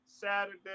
saturday